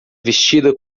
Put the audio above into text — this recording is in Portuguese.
vestida